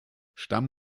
stamm